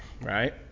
Right